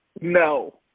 no